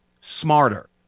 smarter